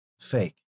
fake